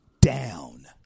Down